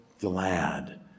glad